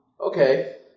okay